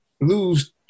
lose